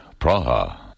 Praha